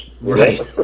Right